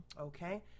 Okay